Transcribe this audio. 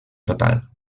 total